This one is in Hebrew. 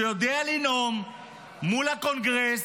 שיודע לנאום מול הקונגרס,